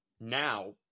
now